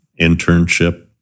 internship